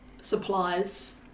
supplies